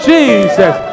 Jesus